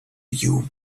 you